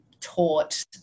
taught